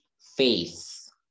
Faith